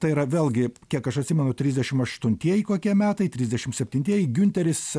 tai yra vėlgi kiek aš atsimenu trisdešim aštuntieji kokie metai trisdešim septintieji giunteris